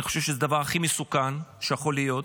אני חושב שזה הדבר הכי מסוכן שיכול להיות,